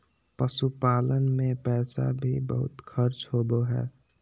पशुपालन मे पैसा भी बहुत खर्च होवो हय